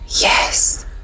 Yes